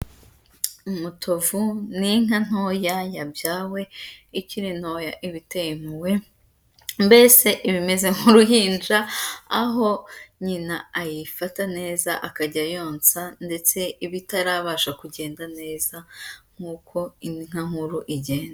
Umutavu n'inka ntoya yabyawe ikiri ntoya iba iteye impuhwe mbese iba imeze nk'uruhinja, aho nyina ayifata neza akajya ayonsa ndetse iba itarabasha kugenda neza nk'uko inka nkuru igenda.